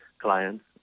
clients